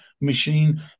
machine